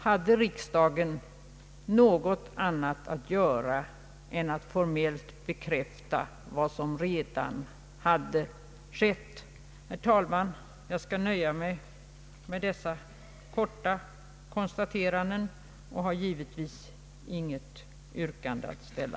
Hade riksdagen något annat att göra än att formellt bekräfta vad som redan skett? Herr talman! Jag skall nöja mig med dessa korta konstateranden och har givetvis inget yrkande att ställa.